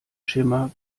schimmer